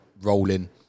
rolling